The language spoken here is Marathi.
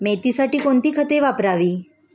मेथीसाठी कोणती खते वापरावी?